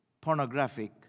pornographic